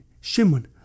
Shimon